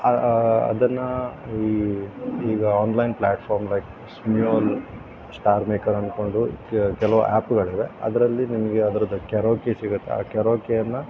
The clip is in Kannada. ಆ ಅದನ್ನು ಈ ಈಗ online platform like Smule star maker ಅಂದ್ಕೊಂಡು ಕೆಲವು ಆ್ಯಪ್ಗಳಿವೆ ಅದರಲ್ಲಿ ನಿಮಗೆ ಅದ್ರದ್ದು ಕ್ಯಾರೋಕೆ ಸಿಗುತ್ತೆ ಆ ಕ್ಯಾರೋಕೆ ಅನ್ನು